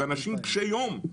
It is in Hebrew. זה אנשים קשי-יום.